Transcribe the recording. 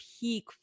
peak